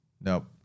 Nope